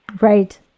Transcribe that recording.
Right